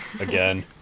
Again